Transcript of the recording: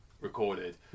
recorded